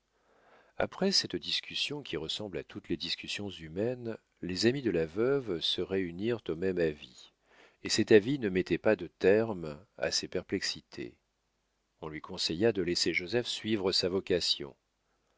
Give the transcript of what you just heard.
après cette discussion qui ressemble à toutes les discussions humaines les amis de la veuve se réunirent au même avis et cet avis ne mettait pas de terme à ses perplexités on lui conseilla de laisser joseph suivre sa vocation